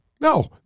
no